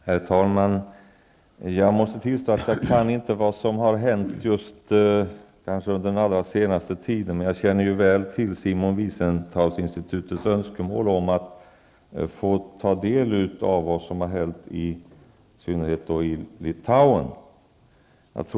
Herr talman! Jag måste tillstå att jag inte känner till vad som har hänt under den allra senaste tiden, men jag känner väl till Simon Wiesentahlinstitutets önskemål om att få ta del av vad som har hänt, i synnerhet i Litauen.